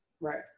Right